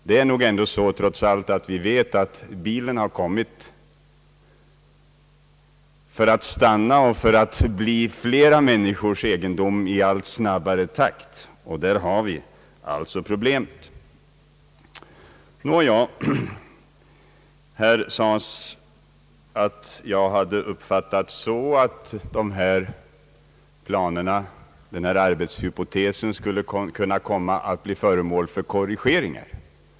Det är nog så att vi trots allt vet, att bilen har kommit för att stanna och bli flera människors egendom. Där har vi alltså problemet. Här påstods att jag hade uppfattats så, att arbetshypotesen skulle komma att bli föremål för korrigeringar.